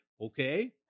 Okay